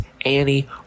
Annie